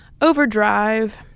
overdrive